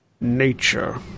nature